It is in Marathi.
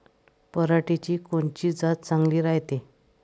पऱ्हाटीची कोनची जात चांगली रायते?